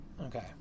Okay